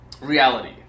Reality